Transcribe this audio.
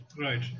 Right